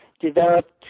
developed